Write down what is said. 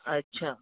अछा